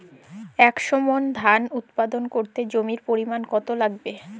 একশো মন ধান উৎপাদন করতে জমির পরিমাণ কত লাগবে?